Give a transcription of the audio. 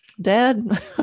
dad